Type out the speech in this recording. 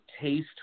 taste